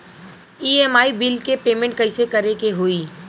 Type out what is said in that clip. EMI bill के payment कइसे करे के होई?